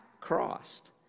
crossed